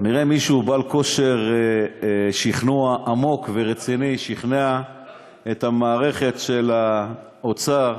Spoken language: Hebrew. כנראה מישהו בעל כושר שכנוע עמוק ורציני שכנע את המערכת של האוצר,